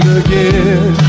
again